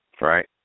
right